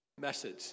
message